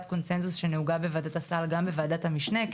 קונצנזוס שנהוגה בוועדת הסל גם בוועדת המשנה,